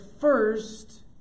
first